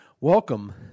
Welcome